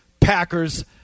Packers